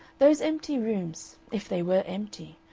those empty rooms, if they were empty,